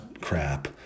crap